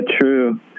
true